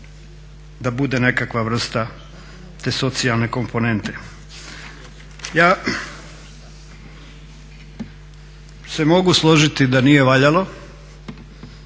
da bude nekakva vrsta te socijalne komponente. Ja se mogu složiti da nije valjalo,